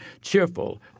cheerful